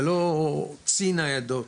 זה לא צי ניידות,